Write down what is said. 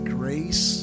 grace